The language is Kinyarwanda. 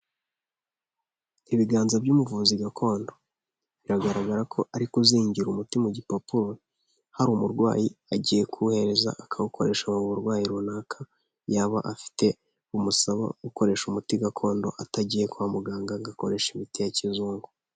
Ibiganza by'umuvuzi gakondo. Biragaragara ko ari kuzingira umuti mu gipapuro, hari umurwayi agiye kuwuhereza, akawukoresha mu burwayi runaka yaba afite bumusaba gukoresha umuti gakondo, atagiye kwa muganga agakoresha imiti ya kizungu.